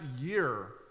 year